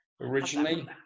originally